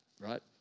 right